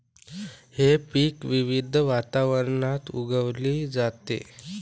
हे पीक विविध वातावरणात उगवली जाते